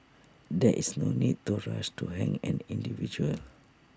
there is no need to rush to hang an individual